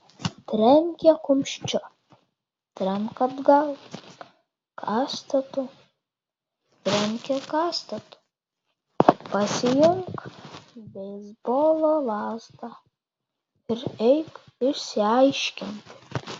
trenkė kumščiu trenk atgal kastetu trenkė kastetu pasiimk beisbolo lazdą ir eik išsiaiškinti